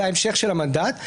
זה ההמשך של המנדט,